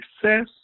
success